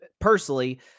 personally